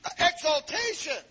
exaltation